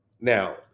Now